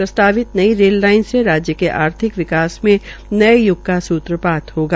प्रस्तावित नई rail line से राज्य के आर्थिक विकास के एक नए य्ग का सूत्रपात होगा